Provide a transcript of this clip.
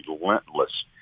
relentless